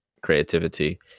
creativity